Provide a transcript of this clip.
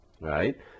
Right